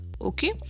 okay